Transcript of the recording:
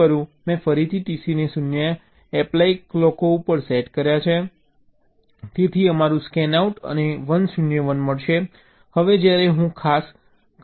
મેં ફરીથી TC ને 0 એપ્લાય ક્લોકો ઉપર સેટ કર્યા છે તેથી અમારું સ્કેનઆઉટ મને 1 0 1 મળશે